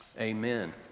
Amen